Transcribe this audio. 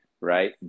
right